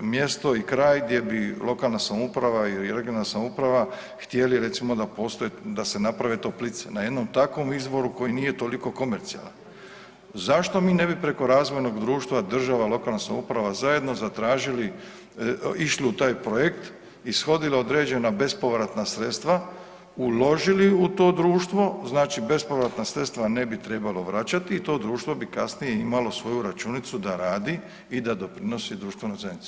mjesto i kraj gdje bi lokalna samouprava ili regionalna samouprava htjeli, recimo, da postoje, da se naprave toplice, na jednom takvom izvoru koji nije toliko komercijalan, zašto mi ne bi preko razvojnog društva, država, lokalna samouprava zajedno zatražili, išli u taj projekt, ishodili određena bespovratna sredstva, uložili u to društvo, znači bespovratna sredstva ne bi trebalo vraćati i to društvo bi kasnije imalo svoju računicu da radi i da doprinosi društvenoj zajednici.